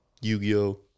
Yu-Gi-Oh